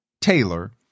Taylor